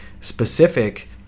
specific